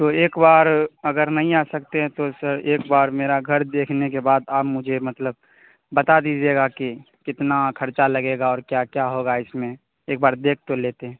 تو ایک بار اگر نہیں آ سکتے ہیں تو سر ایک بار میرا گھر دیکھنے کے بعد آپ مجھے مطلب بتا دیجیے گا کہ کتنا خرچہ لگے گا اور کیا کیا ہوگا اس میں ایک بار دیکھ تو لیتے